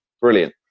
Brilliant